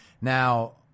Now